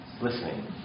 listening